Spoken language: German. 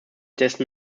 dessen